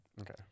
Okay